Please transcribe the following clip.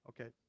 Okay